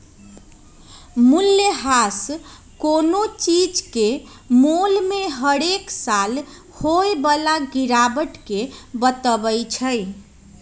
मूल्यह्रास कोनो चीज के मोल में हरेक साल होय बला गिरावट के बतबइ छइ